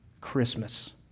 Christmas